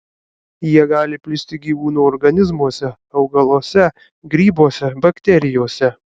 jie gali plisti gyvūnų organizmuose augaluose grybuose bakterijose